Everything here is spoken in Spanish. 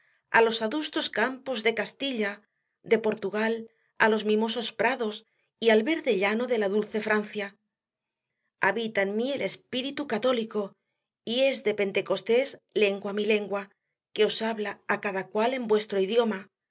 á los adustos campos de castilla de portugal á los mimosos prados y al verde llano de la dulce francia habita en mí el espíritu católico y es de pentecostés lengua mi lengua que os habla á cada cual en vuestro idioma